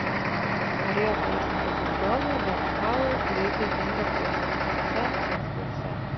norėjo paerzinti buldogą bet kaulas greitai dingo pražiotuose nasruose